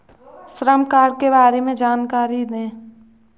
श्रम कार्ड के बारे में जानकारी दें?